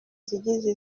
zigize